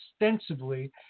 extensively